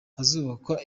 hazubakwa